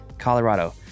Colorado